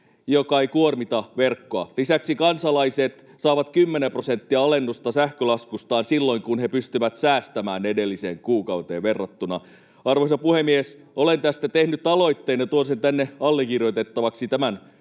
mikä ei kuormita verkkoa. Lisäksi kansalaiset saavat 10 prosenttia alennusta sähkölaskustaan silloin, kun he pystyvät säästämään edelliseen kuukauteen verrattuna. Arvoisa puhemies, olen tästä tehnyt aloitteen ja tuon sen tänne allekirjoitettavaksi tämän